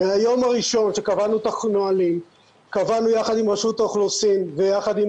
מהיום הראשון שקבענו את הנהלים קבענו יחד עם רשות האוכלוסין ויחד עם